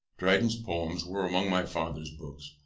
dryden's poems were among my father's books,